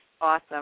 awesome